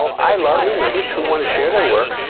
i love new members who want to share their work,